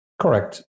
Correct